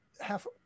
half